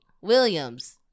Williams